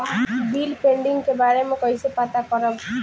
Bill pending के बारे में कईसे पता करब?